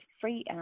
free